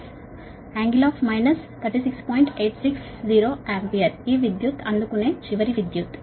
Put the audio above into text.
860 ampere ఈ విద్యుత్ అందుకునే చివరి విద్యుత్